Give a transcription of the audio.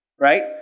Right